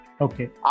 Okay